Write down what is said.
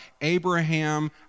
Abraham